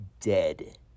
dead